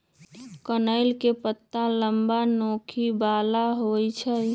कनइल के पात लम्मा, नोखी बला होइ छइ